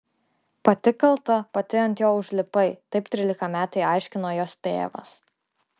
pati kalta pati ant jo užlipai taip trylikametei aiškino jos tėvas